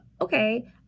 okay